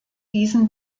diesen